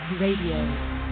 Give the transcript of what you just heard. Radio